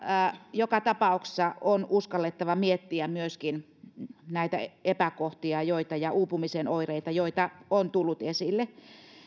joka tapauksessa on uskallettava miettiä myöskin näitä epäkohtia ja uupumisen oireita joita on tullut esille